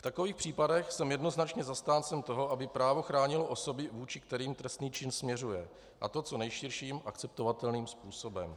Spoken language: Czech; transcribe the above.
V takových případech jsem jednoznačně zastáncem toho, aby právo chránilo osoby, vůči kterým trestný čin směřuje, a to co nejširším akceptovatelným způsobem.